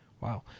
Wow